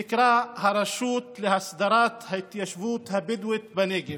שנקרא הרשות להסדרת ההתיישבות הבדואית בנגב.